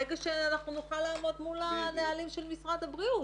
ברגע שנוכל לעמוד מול הנהלים של משרד הבריאות.